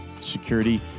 security